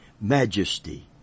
Majesty